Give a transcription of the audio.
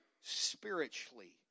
spiritually